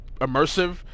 immersive